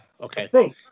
Okay